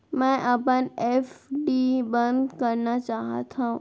मै अपन एफ.डी बंद करना चाहात हव